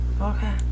Okay